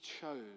chose